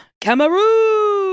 Cameroon